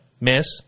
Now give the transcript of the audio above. miss